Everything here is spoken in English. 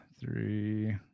three